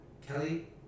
Kelly